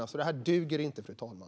Det här duger inte, fru talman.